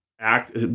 act